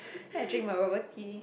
then I drink my bubble tea